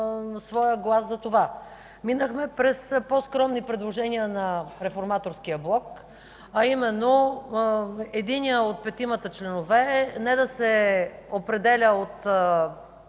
своя глас за това. Минахме през по-скромни предложения на Реформаторския блок, а именно единият от петимата членове да не се определя от